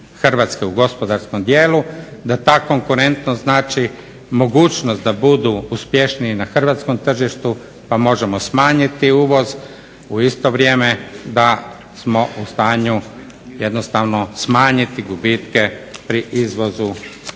RH u gospodarskom dijelu, da ta konkurentnost znači mogućnost da budu uspješniji na hrvatskom tržištu pa možemo smanjiti uvoz, u isto vrijeme da smo u stanju jednostavno smanjiti gubitke pri izvozu proizvoda